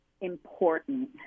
important